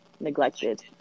neglected